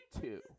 two